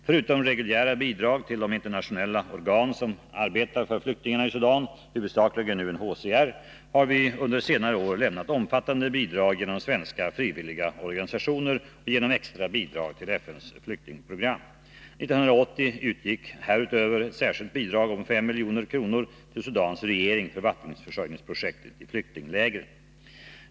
Förutom reguljära bidrag till de internationella organ som arbetar för flyktingarna i Sudan, huvudsakligen UNHCR, har vi under senare år lämnat omfattande bidrag genom svenska frivilliga organisationer och genom extra bidrag till FN:s flyktingprogram. 1980 utgick härutöver ett särskilt bidrag om 5 milj.kr. till Sudans regering för vattenförsörjningsprojekt i flyktinglägren.